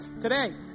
today